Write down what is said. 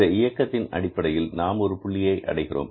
இந்த இயக்கத்தின் அடிப்படையில் நாம் ஒரு புள்ளியை அடைகிறோம்